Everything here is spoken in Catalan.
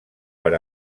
per